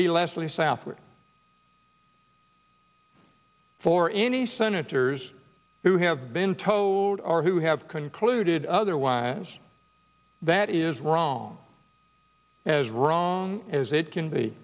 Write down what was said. be leslie southwick for any senators who have been towed or who have concluded otherwise that is wrong as wrong as it can be